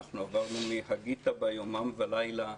עברנו מ"והגית בה יומם ולילה"